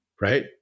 right